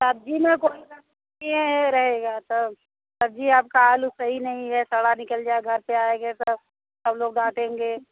सब्ज़ी में कोई रहेगा तब सब्ज़ी आपका आलू सही नहीं है सड़ा निकल जाए घर पे आएँगे तब सब लोग डांटेंगे